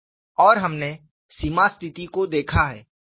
और हमने सीमा की स्थिति को देखा है